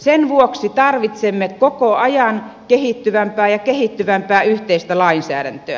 sen vuoksi tarvitsemme koko ajan kehittyvämpää ja kehittyvämpää yhteistä lainsäädäntöä